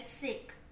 sick